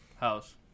house